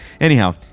anyhow